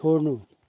छोड्नु